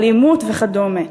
אלימות וכדומה.